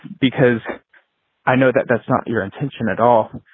because i know that that's not your intention at all.